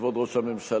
כבוד ראש הממשלה,